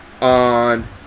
on